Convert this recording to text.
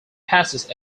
passes